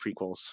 prequels